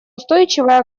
устойчивая